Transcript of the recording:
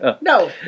no